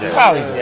probably